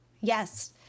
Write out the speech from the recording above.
yes